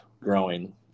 growing